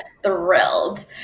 thrilled